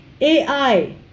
AI